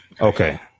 Okay